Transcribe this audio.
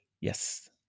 Yes